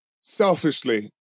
selfishly